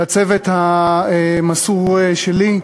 לצוות המסור שלי,